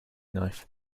knife